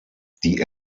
die